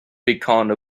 become